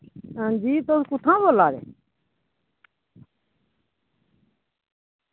तुस आं जी तुस कुत्थां बोल्ला दे